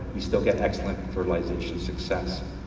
we still got excellent fertilization success.